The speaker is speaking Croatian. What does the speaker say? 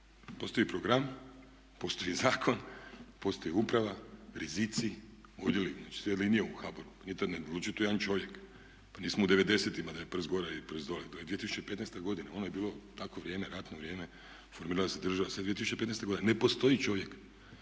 Postoji program, postoji zakon, postoji uprava, rizici, odjeli, znači sve linije u HBOR-u. Ne odlučuje tu jedan čovjek. Pa nismo u devedesetima da je prst gore i prst dole. To je 2015. godina. Ono je bilo takvo vrijeme, ratno vrijeme, formirala se država. Sada je 2015. godina. Ne postoji čovjek